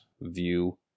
view